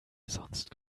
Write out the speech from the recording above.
sonst